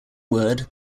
word